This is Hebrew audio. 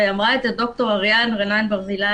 ואמרה את זה ד"ר אריאן ברזילי,